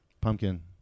Pumpkin